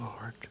Lord